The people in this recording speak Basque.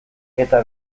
eta